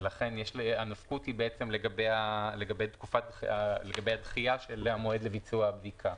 ולכן הנפקות היא לגבי הדחייה של המועד לביצוע הבדיקה.